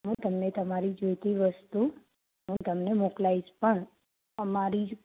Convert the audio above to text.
હું તમને તમારી જોઈતી વસ્તુ હું તમને મોકલાઇસ પણ અમારી